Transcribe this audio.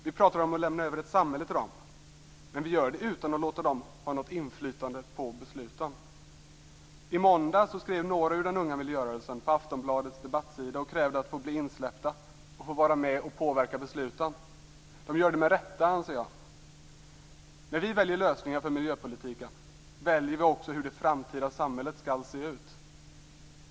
Vi pratar om att lämna över ett samhälle till dem. Men vi gör det utan att låta dem ha något inflytande på besluten. I måndags skrev några ur den unga miljörörelsen på Aftonbladets debattsida. De krävde att få bli insläppta och att få vara med om att påverka besluten. Detta gör de med rätta, anser jag. När vi väljer lösningar för miljöpolitiken väljer vi också hur det framtida samhället skall se ut.